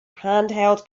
handheld